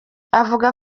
avuga